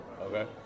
Okay